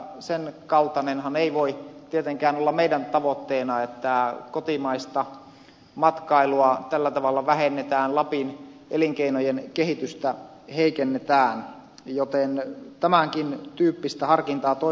sen kaltainenhan ei voi tietenkään olla meidän tavoitteenamme että kotimaista matkailua tällä tavalla vähennetään lapin elinkeinojen kehitystä heikennetään joten tämänkin tyyppistä harkintaa toivon tähän